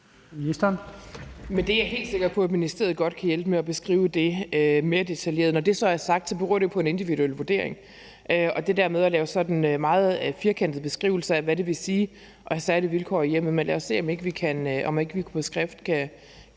Det er jeg helt sikker på ministeriet godt kan hjælpe med at beskrive mere detaljeret. Når det så er sagt, beror det jo på en individuel vurdering; det er i forhold til det der med at lave sådan meget firkantede beskrivelser af, hvad det vil sige at have særlige vilkår i hjemmet. Men lad os se, om ikke vi på skrift